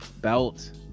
belt